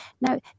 Now